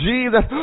Jesus